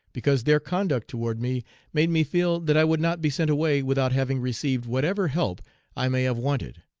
because their conduct toward me made me feel that i would not be sent away without having received whatever help i may have wanted.